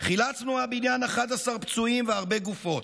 חילצנו מהבניין 11 פצועים והרבה גופות.